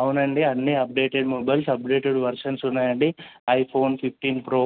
అవునండి అన్నీ updated mobiles updated versions ఉన్నాయండి ఐఫోన్ ఫిఫ్టీన్ ప్రో